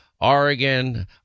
Oregon